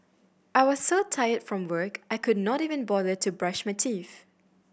I was so tired from work I could not even bother to brush my teeth